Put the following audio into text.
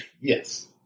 Yes